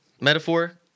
Metaphor